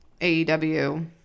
AEW